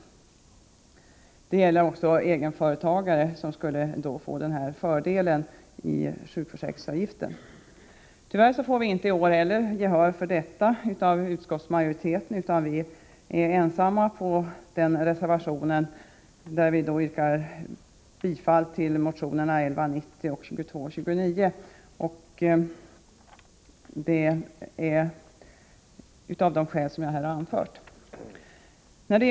Förslaget gäller också egenföretagare, som skulle få denna fördel beträffande sjukförsäkringsavgiften. Tyvärr får vi inte heller i år gehör för detta förslag, utan vi är ensamma om reservationen, där vi tillstyrker motionerna 1190 och 2229, av de skäl som jag här har anfört.